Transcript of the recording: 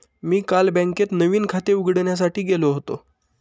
मी काल बँकेत नवीन खाते उघडण्यासाठी गेलो होतो